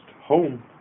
home